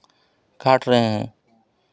काट रहे हैं